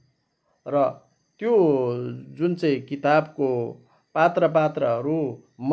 र त्यो जुन चाहिँ किताबको पात्र पात्राहरूमध्ये